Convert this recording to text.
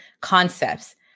concepts